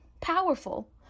powerful